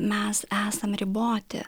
mes esam riboti